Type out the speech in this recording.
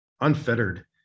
unfettered